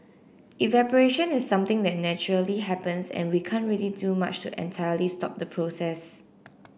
evaporation is something that naturally happens and we can't really do much to entirely stop the process